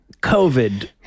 COVID